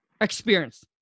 experience